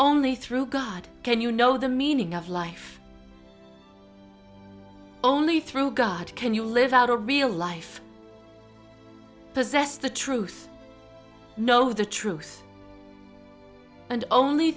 only through god can you know the meaning of life only through god can you live out a real life possess the truth know the truth and only